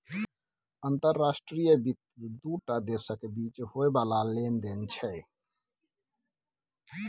अंतर्राष्ट्रीय वित्त दू टा देशक बीच होइ बला लेन देन छै